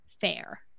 fair